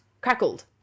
Crackled